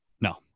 No